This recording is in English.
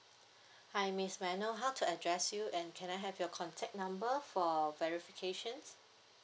hi miss may I know how to address you and can I have your contact number for verification